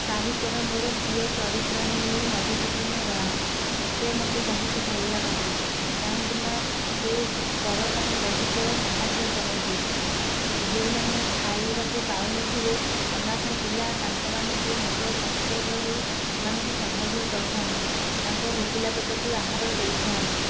ସାହିତ୍ୟର ମୋର ପ୍ରିୟ ଚରିତ୍ର ହେଲେ ମଧୁସୂଦନ ରାଓ ସେ ମୋତେ ବହୁତ ଭଲ ଲାଗନ୍ତି କାହିଁକିନା ସେ ପର ପାଇଁ ବହୁତ ସାହାଯ୍ୟ କରନ୍ତି ଯେଉଁମାନେ ଖାଇବାକୁ ପାଉନଥିବେ ଅନାଥ ପିଲା ତାଙ୍କମାନଙ୍କୁ ନିଜେ କଷ୍ଟରେ ରହି ସେମାନଙ୍କୁ ସାହାଯ୍ୟ କରିଥାନ୍ତି ତାଙ୍କ ଭୋକିଲା ପେଟକୁ ଆହାର ଦେଇଥାନ୍ତି